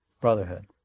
brotherhood